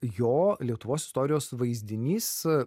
jo lietuvos istorijos vaizdinys